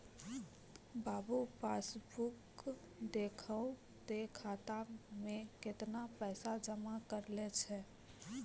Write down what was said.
बाबू passbook देखहो तें खाता मे कैतना पैसा जमा करलो छै